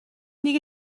دیگه